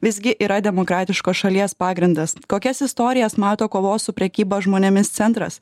visgi yra demokratiškos šalies pagrindas kokias istorijas mato kovos su prekyba žmonėmis centras